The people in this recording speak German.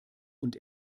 und